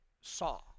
saw